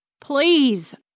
Please